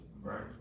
Right